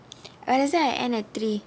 wednesday I end